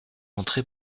entrer